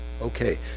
Okay